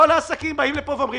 כל העסקים באים לפה ואומרים,